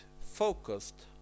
focused